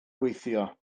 gweithio